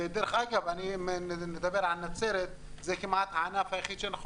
ואני מדבר על נצרת זה כמעט הענף היחיד שאנחנו